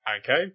Okay